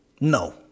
No